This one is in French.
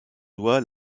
doit